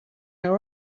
how